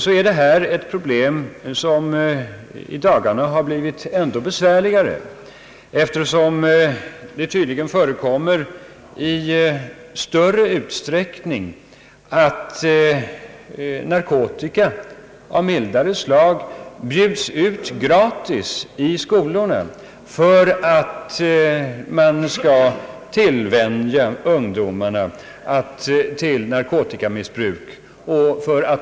På senaste tiden har problemen kring användandet av narkotika blivit än besvärligare, eftersom det tydligen förekommer att narkotika av mildare slag erbjuds gratis i skolorna för att tillvänja ungdomarna till narkotikamissbruk.